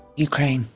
ukraine.